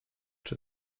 czy